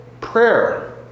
prayer